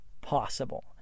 possible